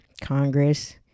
congress